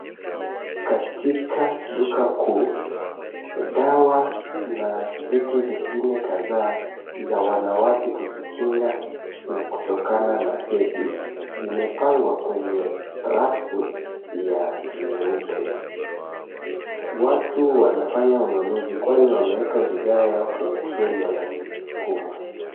Katika duka kuu, dawa na vitu vingine kadhaa za wanawake kujikinga kutokana na hedi zimepangwa kwenye rafu ya nyeupe. Watu wanafanya ununuzi kwani wameweka bidhaa yao kwenye troli wanazoziskuma.